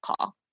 call